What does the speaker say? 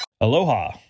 Aloha